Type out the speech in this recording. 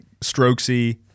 strokesy